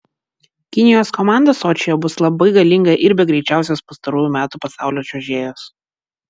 kinijos komanda sočyje bus labai galinga ir be greičiausios pastarųjų metų pasaulio čiuožėjos